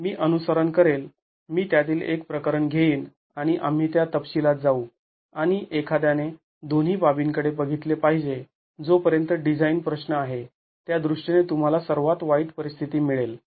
मी अनुसरण करेल मी त्यातील एक प्रकरण घेईन आणि आम्ही त्या तपशिलात जाऊ आणि एखाद्याने दोन्ही बाबींकडे बघितले पाहिजे जोपर्यंत डिझाईन प्रश्न आहे त्या दृष्टीने तुम्हाला सर्वात वाईट परिस्थिती मिळेल